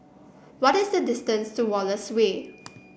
what is the distance to Wallace Way